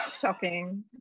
shopping